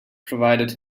provided